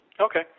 Okay